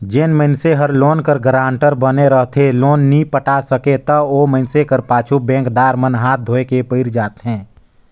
जेन मइनसे हर लोन कर गारंटर बने रहथे लोन नी पटा सकय ता ओ मइनसे कर पाछू बेंकदार मन हांथ धोए के पइर जाथें